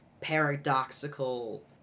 paradoxical